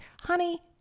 honey